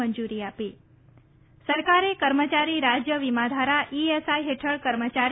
મંજુરી આપી સરકારે કર્મચારી રાજ્ય વિમા ધારા ઈએસઆઈ હેઠળ કર્મચારી